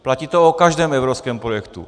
Platí to o každém evropském projektu.